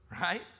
Right